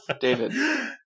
David